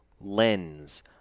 lens